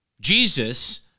Jesus